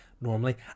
normally